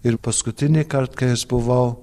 ir paskutinįkart kai aš buvau